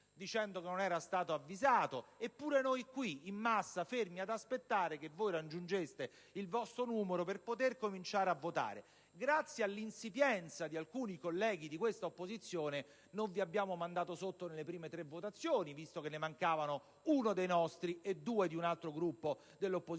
dicendo che non era stato avvisato. Eppure noi eravamo qui in massa, fermi ad aspettare che voi raggiungeste il vostro numero per poter cominciare a votare. Grazie all'insipienza di alcuni colleghi di questa opposizione, non vi abbiamo mandato sotto nelle prime tre votazioni, visto che mancavano uno dei nostri senatori e due di un altro Gruppo dell'opposizione.